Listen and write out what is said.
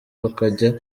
bakajya